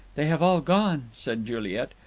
they have all gone, said juliet.